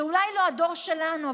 אולי לא הדור שלנו,